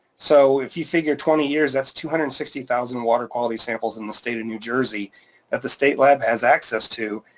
so if you figure twenty years, that's two hundred and sixty thousand water quality samples in the state of new jersey that the state lab has access to,